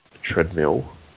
treadmill